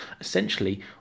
Essentially